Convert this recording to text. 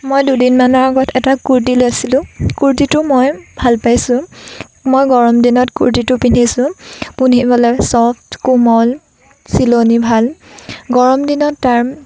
মই দুদিনমানৰ আগত এটা কুৰ্টি লৈছিলোঁ কুৰ্টিটো মই ভাল পাইছোঁ মই গৰম দিনত কুৰ্টিটো পিন্ধিছোঁ পিন্ধিবলৈ চফ্ট কোমল চিলনি ভাল গৰম দিনত গাৰ